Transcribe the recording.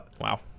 Wow